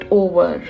over